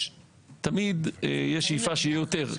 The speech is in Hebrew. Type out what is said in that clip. תמיד יש שאיפה שיהיה יותר.